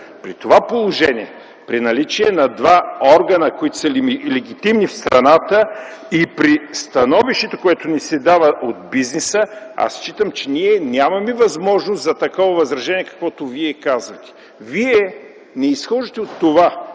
При това положение, при наличие на два органа, които са легитимни в страната и при становището, което ни се дава от бизнеса, аз считам, че ние нямаме възможност за такова възражение, каквото Вие казвате. Вие не изхождате от това,